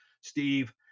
Steve